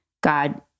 God